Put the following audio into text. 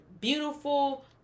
beautiful